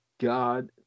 God